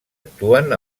actuen